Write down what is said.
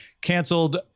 canceled